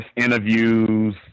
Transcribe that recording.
interviews